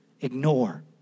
ignore